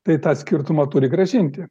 tai tą skirtumą turi grąžinti